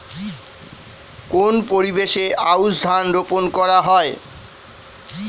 কোন পরিবেশে আউশ ধান রোপন করা হয়?